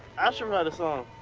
i should write a song.